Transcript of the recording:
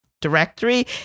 directory